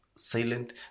silent